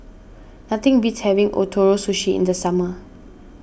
nothing beats having Ootoro Sushi in the summer